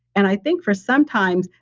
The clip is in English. and i think for sometimes,